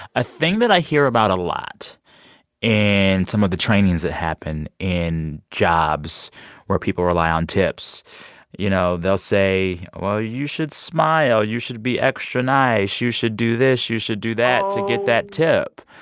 a thing that i hear about it a lot in some of the trainings that happen in jobs where people rely on tips you know, they'll say, well, you should smile you should be extra nice you should do this, you should do that to get that tip.